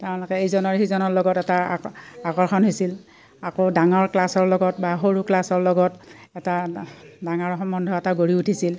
তেওঁলোকে ইজনৰ সিজনৰ লগত এটা আ আকৰ্ষণ হৈছিল আকৌ ডাঙৰ ক্লাছৰ লগত বা সৰু ক্লাছৰ লগত এটা ডাঙৰ সম্বন্ধ এটা গঢ়ি উঠিছিল